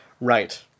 Right